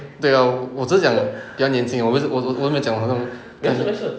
对 ah 我只是讲比较年轻我我我也没有讲什么 then